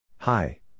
Hi